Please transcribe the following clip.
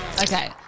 Okay